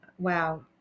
Wow